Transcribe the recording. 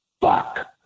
Fuck